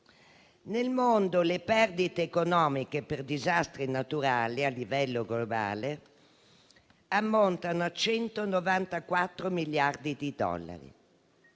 Nel mondo le perdite economiche per disastri naturali a livello globale ammontano a 194 miliardi di dollari;